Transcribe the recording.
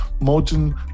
modern